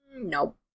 Nope